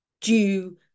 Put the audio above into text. due